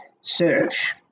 search